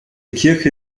kirche